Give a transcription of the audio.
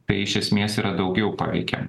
tai iš esmės yra daugiau paveikiant